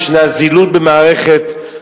יש זילות במערכת,